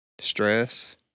stress